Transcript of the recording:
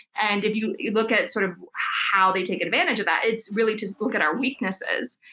and if you you look at sort of how they take advantage of that, it's really to look at our weaknesses.